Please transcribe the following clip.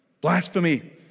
Blasphemy